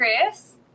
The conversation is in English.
chris